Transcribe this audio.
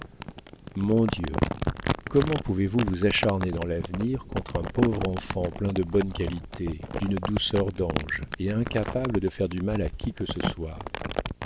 mon dieu comment pouvez-vous vous acharner dans l'avenir contre un pauvre enfant plein de bonnes qualités d'une douceur d'ange et incapable de faire du mal à qui que ce soit